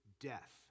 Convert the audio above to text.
death